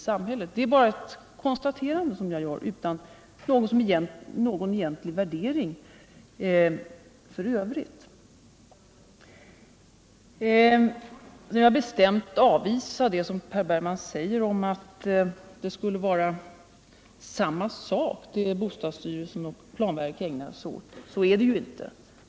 Det är bara ett konstaterande som jag gör utan någon egentlig värdering i övrigt. Jag avvisar bestämt det som Per Bergman säger om att bostadsstyrelsen och planverket skulle ägna sig åt samma saker. Det är inte så.